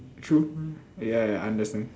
true ya ya understand